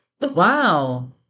Wow